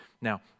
Now